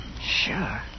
Sure